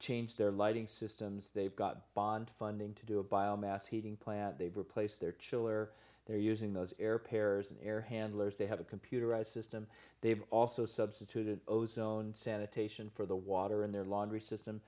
changed their lighting systems they've got bond funding to do a biomass heating plant they've replaced their chiller they're using those air pairs in air handlers they have a computerized system they've also substituted ozone sanitation for the water in their laundry system